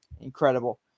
incredible